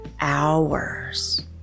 hours